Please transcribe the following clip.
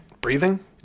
breathing